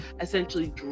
essentially